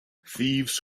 thieves